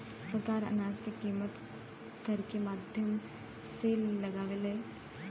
सरकार अनाज क कीमत केकरे माध्यम से लगावे ले?